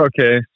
Okay